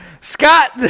Scott